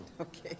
Okay